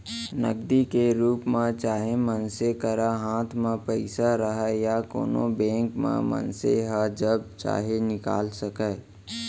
नगदी के रूप म चाहे मनसे करा हाथ म पइसा रहय या कोनों बेंक म मनसे ह जब चाहे निकाल सकय